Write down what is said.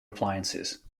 appliances